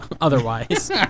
otherwise